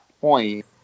point